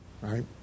right